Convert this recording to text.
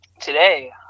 Today